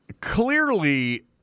clearly